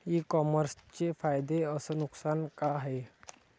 इ कामर्सचे फायदे अस नुकसान का हाये